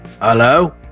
Hello